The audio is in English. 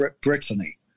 Brittany